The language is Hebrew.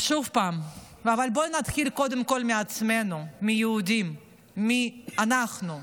אבל בואו נתחיל קודם כול מעצמנו, מיהודים, אנחנו.